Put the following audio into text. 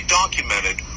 documented